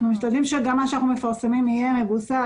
אנחנו משתדלים שגם מה שאנחנו מפרסמים יהיה מבוסס,